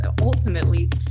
ultimately